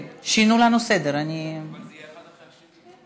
אבל זה יהיה אחד אחרי השני?